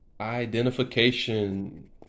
identification